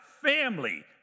family